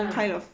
ah